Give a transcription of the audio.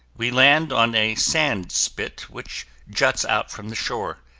we land on a sand spit which juts out from the shore.